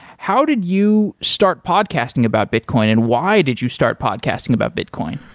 how did you start podcasting about bitcoin and why did you start podcasting about bitcoin?